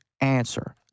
answer